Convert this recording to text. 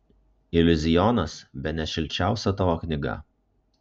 iliuzionas bene šilčiausia tavo knyga